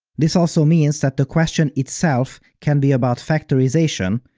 this also means that the question itself can be about factorization,